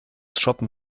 shoppen